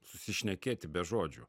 susišnekėti be žodžių